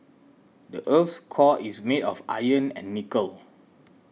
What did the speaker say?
the earth's core is made of iron and nickel